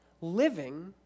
living